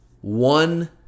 One